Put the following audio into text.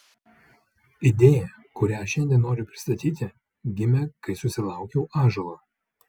idėja kurią šiandien noriu pristatyti gimė kai susilaukiau ąžuolo